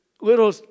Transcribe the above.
little